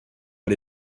but